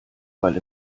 weil